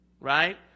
right